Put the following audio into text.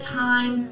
time